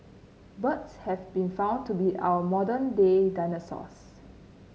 birds have been found to be our modern day dinosaurs